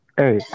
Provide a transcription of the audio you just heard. hey